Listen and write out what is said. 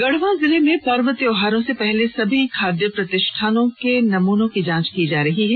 गढ़वा जिले में पर्व त्योहारों से पहले सभी खाद्य प्रतिष्ठानों से नमूनों की जाँच की जा रही है